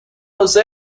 jose